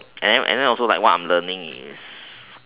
and then and then also what I am learning is